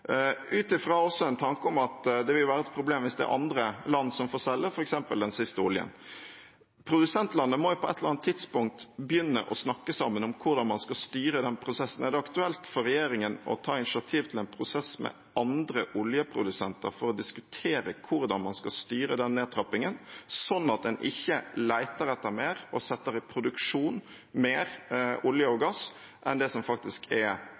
en tanke om at det vil være et problem hvis det er andre land som får selge f.eks. den siste oljen. Produsentlandene må jo på et eller annet tidspunkt begynne å snakke sammen om hvordan man skal styre denne prosessen. Er det aktuelt for regjeringen å ta initiativ til en prosess med andre oljeprodusenter for å diskutere hvordan man skal styre den nedtrappingen, slik at en ikke leter etter – og setter i produksjon – mer olje og gass enn det som faktisk er